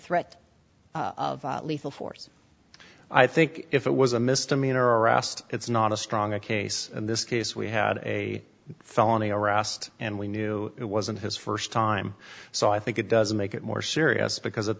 threat of lethal force i think if it was a misdemeanor asked it's not a stronger case in this case we had a felony arrest and we knew it wasn't his first time so i think it does make it more serious because at